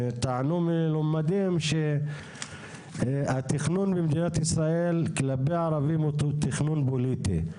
טענו מלומדים שהתכנון במדינת ישראל כלפי ערבים הוא תכנון פוליטי.